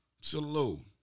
Salute